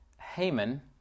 Haman